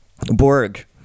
Borg